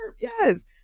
Yes